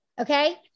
okay